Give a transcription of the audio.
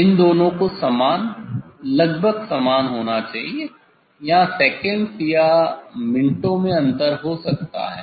इन दोनों को समान लगभग समान होना चाहिए यहाँ सेकण्ड्स या मिनटों में अंतर हो सकता है